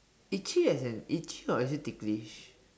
itchy as in itchy or is it ticklish